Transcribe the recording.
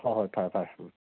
ꯍꯣꯏ ꯍꯣꯏ ꯐꯔꯦ ꯐꯔꯦ ꯎꯝ